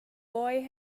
boy